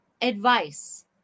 advice